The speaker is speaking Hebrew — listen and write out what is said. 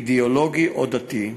אידיאולוגי או דתי,